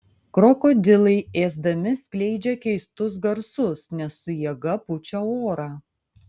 krokodilai ėsdami skleidžia keistus garsus nes su jėga pučia orą